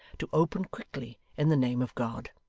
to open quickly in the name of god.